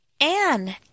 Anne